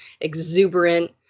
exuberant